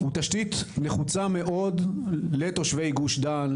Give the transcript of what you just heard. הוא תשתית נחוצה מאוד לתושבי גוש דן,